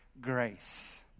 grace